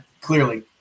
clearly